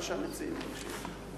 מה שהמציעים מבקשים.